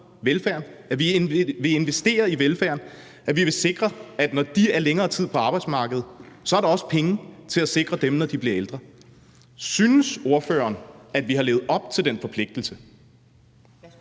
at vi investerer i velfærden, at vi vil sikre, at når folk er længere tid på arbejdsmarkedet, så er der også penge til at sikre dem, når de bliver ældre. Synes ordføreren, at vi har levet op til den forpligtelse?